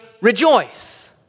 rejoice